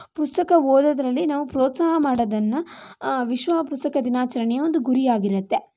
ಪುಸ್ತಕ ಓದೋದರಲ್ಲಿ ನಾವು ಪ್ರೋತ್ಸಾಹ ಮಾಡೋದನ್ನು ವಿಶ್ವ ಪುಸ್ತಕ ದಿನಾಚರಣೆಯ ಒಂದು ಗುರಿ ಆಗಿರುತ್ತೆ